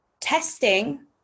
testing